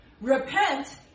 Repent